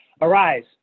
Arise